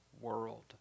world